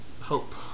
Hope